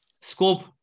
scope